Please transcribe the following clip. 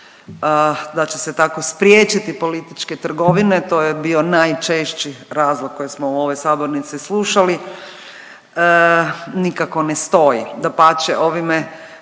da će se tako spriječiti političke trgovine, to je bio najčešći razlog koji smo u ovoj sabornici slušali nikako ne stoji. Dapače, ovim